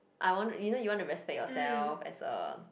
I want you know you want to respect yourself as a